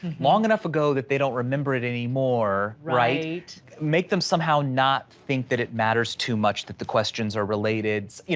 long enough ago, that they don't remember it anymore, right? make them somehow not think that it matters too much that the questions are related,